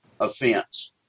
offense